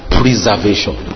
preservation